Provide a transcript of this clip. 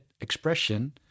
expression